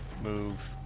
move